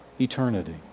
eternity